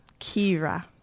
Kira